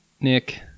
Nick